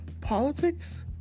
politics